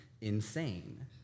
insane